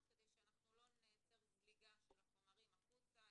כדי שלא נייצר זליגה של החומרים החוצה.